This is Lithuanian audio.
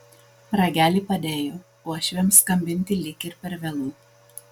ragelį padėjo uošviams skambinti lyg ir per vėlu